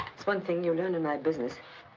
that's one thing you learn in my business.